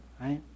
right